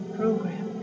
program